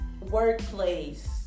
workplace